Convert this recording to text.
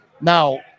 Now